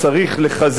כפי שאתה עושה,